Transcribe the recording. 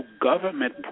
government